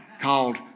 called